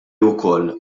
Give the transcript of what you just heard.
wkoll